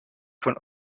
von